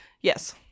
yes